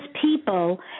people –